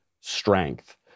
strength